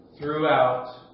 throughout